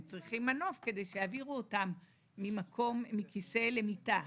הם צריכים מנוף כדי שיעבירו אותם מכיסא למיטה.